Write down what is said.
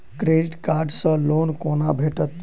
Credit card सँ loan कोना भेटत?